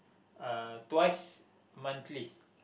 uh twice monthly